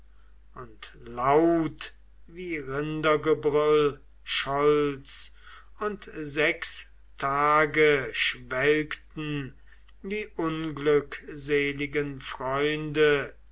und laut wie rindergebrüll scholl's und sechs tage schwelgten die unglückseligen freunde